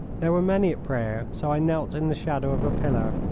there were many at prayer, so i knelt in the shadow of a pillar,